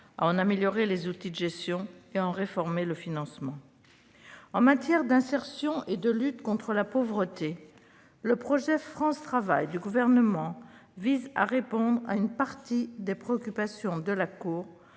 à en améliorer les outils de gestion et à en réformer le financement. En matière d'insertion et de lutte contre la pauvreté, le projet France Travail du Gouvernement vise à répondre à une partie des préoccupations de la Cour,